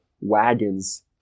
wagons